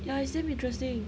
ya its damn interesting